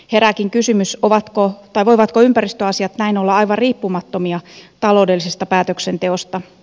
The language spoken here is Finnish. herääkin kysymys voivatko ympäristöasiat näin olla aivan riippumattomia taloudellisesta päätöksenteosta